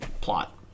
plot